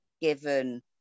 given